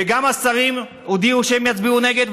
וגם השרים הודיעו שהם יצביעו נגד,